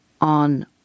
on